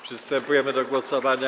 Przystępujemy do głosowania.